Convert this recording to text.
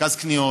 מרכז קניות,